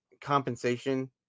compensation